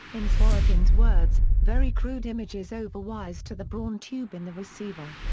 in zworykin's words, very crude images over wires to the braun tube in the receiver.